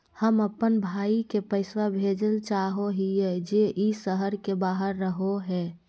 हम अप्पन भाई के पैसवा भेजल चाहो हिअइ जे ई शहर के बाहर रहो है